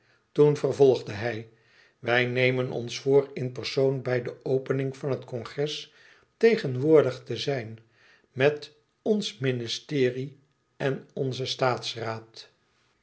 toen vervolgde hij wij nemen ons voor in persoon bij de opening van het congres tegenwoordig te zijn met ons ministerie en onzen